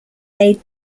made